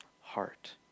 heart